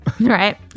right